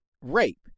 rape